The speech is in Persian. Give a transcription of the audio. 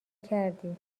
کردی